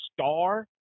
star